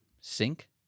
sync